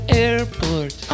airport